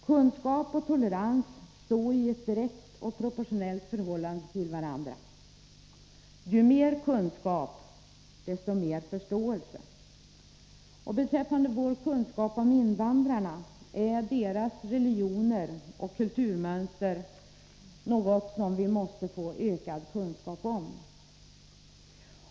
Kunskap och tolerans står i ett direkt och proportionellt förhållande till varandra. Ju mer kunskap, desto mer förståelse. Beträffande invandrarna är deras religioner och kulturmönster något som vi måste få ökad kunskap om.